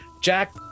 jack